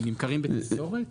הם נמכרים בתפזורת?